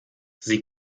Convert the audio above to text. sie